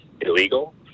illegal